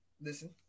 listen